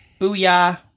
Booyah